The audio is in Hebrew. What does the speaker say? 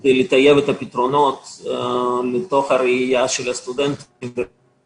--- כדי לטייב את הפתרונות מתוך הראייה של הסטודנטים ולא מתוך